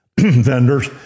Vendors